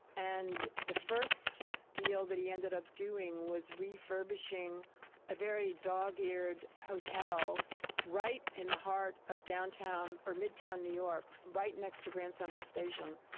and the first deal that he ended up doing was refurbishing a very dog-eared hotel right in the heart of downtown or midtown new york, right next to grand central station.